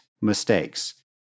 mistakes